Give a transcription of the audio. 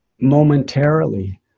momentarily